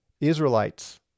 Israelites